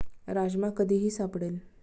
राजमा कधीही सापडेल